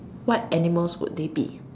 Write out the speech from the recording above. what animals would they be